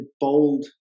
bold